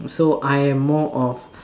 mm so I am more of